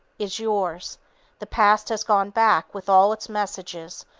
is yours the past has gone back, with all its messages,